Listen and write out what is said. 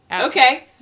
Okay